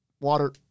water